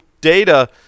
data